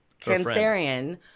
Cancerian